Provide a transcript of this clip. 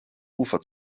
ufer